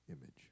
image